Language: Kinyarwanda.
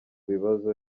bibazo